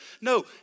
No